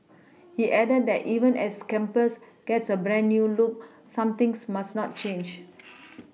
he added that even as campus gets a brand new look some things must not change